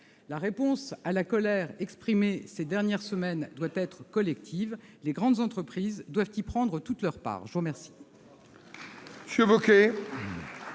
La réponse à la colère exprimée ces dernières semaines doit être collective ; les grandes entreprises doivent y prendre toute leur part. La parole